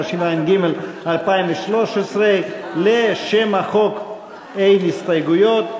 התשע"ג 2013. לשם החוק אין הסתייגויות.